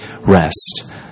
rest